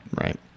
right